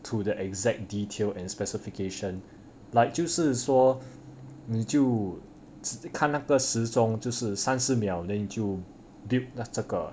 to the exact detail and specifications like 就是说你就只看那个时钟就是三四秒 then 你就 build 那这个